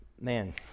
man